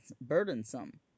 burdensome